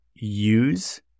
use